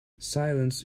silence